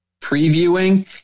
previewing